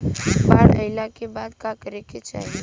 बाढ़ आइला के बाद का करे के चाही?